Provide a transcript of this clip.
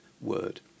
word